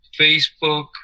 Facebook